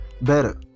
Better